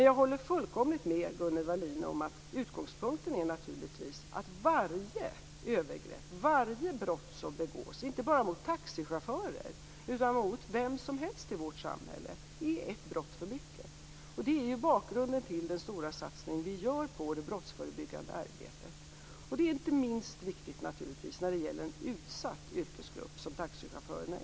Jag håller fullkomligt med Gunnel Wallin om att utgångspunkten naturligtvis är att varje övergrepp, varje brott, som begås, och då inte bara mot taxichaufförer utan mot vem som helst i vårt samhälle, är ett brott för mycket. Det är bakgrunden till den stora satsning som vi gör på det brottsförebyggande arbetet. Det är naturligtvis inte minst viktigt när det gäller en så utsatt yrkesgrupp som taxichaufförerna är.